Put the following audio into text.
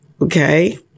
Okay